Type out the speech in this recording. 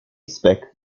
spec